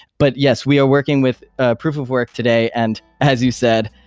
but yes, we are working with ah proof of work today, and as you said,